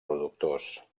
productors